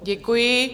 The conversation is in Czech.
Děkuji.